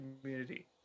community